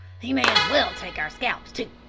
he may as well take our scalps too,